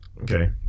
Okay